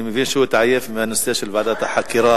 אני מבין שהוא התעייף מהנושא של ועדת החקירה,